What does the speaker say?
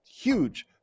huge